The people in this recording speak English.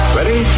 Ready